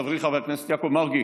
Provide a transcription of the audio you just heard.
חברי חבר הכנסת יעקב מרגי: